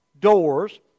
doors